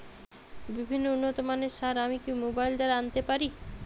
বিভিন্ন উন্নতমানের সার আমি কি মোবাইল দ্বারা আনাতে পারি?